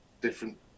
different